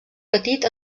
petit